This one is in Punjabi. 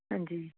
ਹਾਂਜੀ